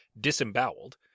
disemboweled